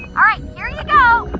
all right, here you go